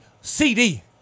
CD